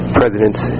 presidents